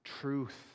Truth